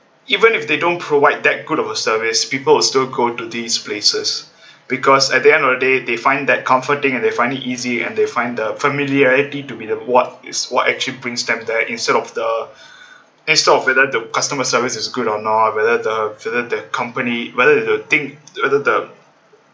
even if they don't provide that good of a service people would still go to these places because at the end of the day they find that comforting and they find it easy and they find the familiarity to be the what is what actually brings them there instead of the instead of whether the customer service is good or not whether the whether the company whether the the thing whether the